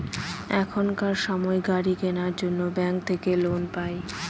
এখনকার সময় গাড়ি কেনার জন্য ব্যাঙ্ক থাকে লোন পাই